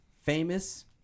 Famous